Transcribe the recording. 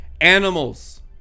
animals